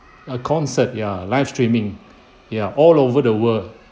a concert ya live streaming ya all over the world